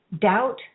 doubt